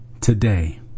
today